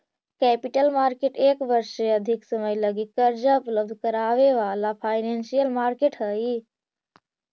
capital market एक वर्ष से अधिक समय लगी कर्जा उपलब्ध करावे वाला फाइनेंशियल मार्केट हई